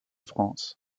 france